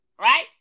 Right